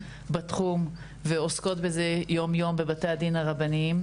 בתחום ועוסקות בזה יום יום בבתי הדין הרבניים,